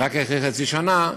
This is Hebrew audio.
אלא רק אחרי חצי שנה,